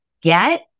get